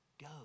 go